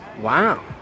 Wow